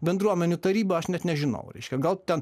bendruomenių taryba aš net nežinau reiškia gal ten